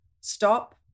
stop